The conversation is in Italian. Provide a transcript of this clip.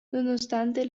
nonostante